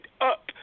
up